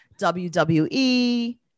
WWE